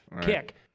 kick